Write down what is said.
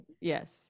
yes